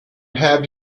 have